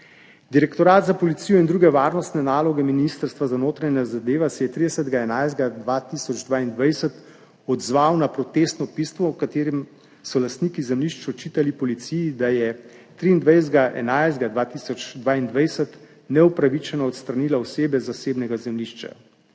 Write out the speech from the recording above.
Direktorat za policijo in druge varnostne naloge Ministrstva za notranje zadeve se je 30. 11. 2022 odzval na protestno pismo, v katerem so lastniki zemljišč očitali policiji, da je 23. 11. 2022 neupravičeno odstranila osebe zasebnega zemljišča.